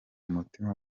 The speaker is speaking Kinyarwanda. mutima